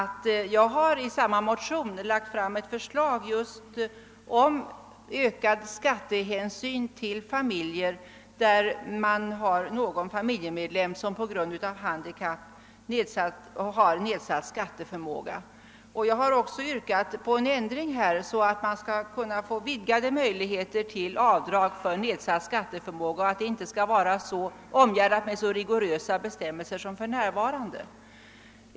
I min motion har jag lagt fram förslag om ökad skattehänsyn till familjer där någon medlem på grund av handikapp har nedsatt skatteförmåga. Jag har också yrkat på en ändring så att möjligheterna att få avdrag vid nedsatt skatteförmåga vidgas och inte omgärdas med så rigorösa bestämmelser som för närvarande.